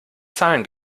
zahlen